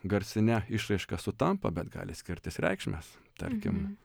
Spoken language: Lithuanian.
garsine išraiška sutampa bet gali skirtis reikšmės tarkim